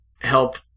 help